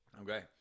okay